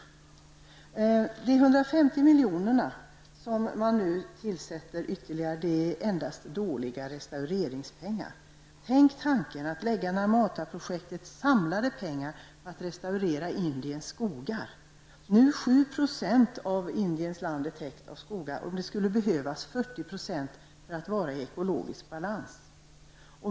De 150 miljoner dollar som man nu tillskjuter ytterligare är endast dåliga restaureringspengar. Tänk om Narmada-projektets samlade pengar skulle användas för att restaurera Indiens skogar! Nu är 7 % av Indiens mark täckt av skogar, och det skulle behövas 40 % för att det skulle vara ekologisk balans.